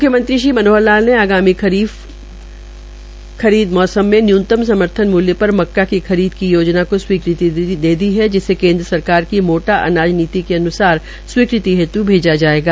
मुख्यमंत्री श्री मनोहर लाल ने आगामी खरीफ मौसम में न्यूनतम मूल्य पर मक्का की खरीद की योजना को स्वीकृति दे दी है जिसे केन्द्र सरकार की मोटा अनाज नीति के अनुसार स्वीकृति हेत् भेजा जायेगा